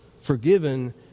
forgiven